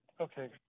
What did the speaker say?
okay